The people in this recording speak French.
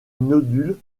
nodules